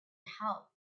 help